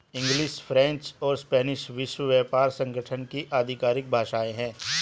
English, French और Spanish विश्व व्यापार संगठन की आधिकारिक भाषाएं है